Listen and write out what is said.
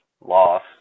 loss